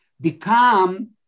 become